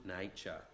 nature